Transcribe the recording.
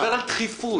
תדבר על דחיפות עכשיו.